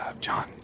John